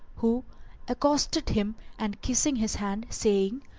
who accosted him and kissed his hand, saying,